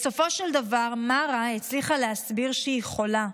בסופו של דבר מארה הצליחה להסביר שהיא חולה,